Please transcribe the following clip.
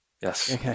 Yes